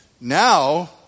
Now